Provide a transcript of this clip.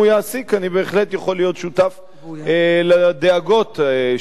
אני בהחלט יכול להיות שותף לדאגות שהביעה